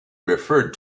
referred